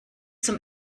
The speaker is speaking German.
zum